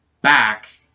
back